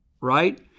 right